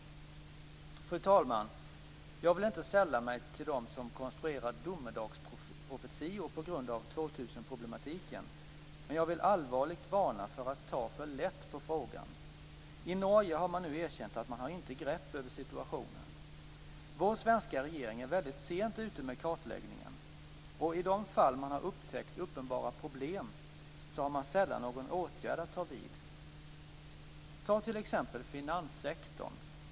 Fru talman! Jag vill inte sälla mig till dem som konstruerar domedagsprofetior på grund av 2000 problematiken. Men jag vill allvarligt varna för att ta för lätt på frågan. I Norge har man nu erkänt att man inte har grepp om situationen. Vår svenska regering är väldigt sent ute med kartläggningen, och i de fall man har upptäckt uppenbara problem har man sällan någon åtgärd att vidta. Ta t.ex. finanssektorn.